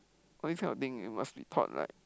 all these kind of thing you must be taught like